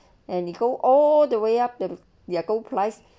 and go all the way up the ya go plus